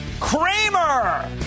Kramer